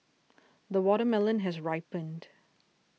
the watermelon has ripened